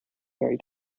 very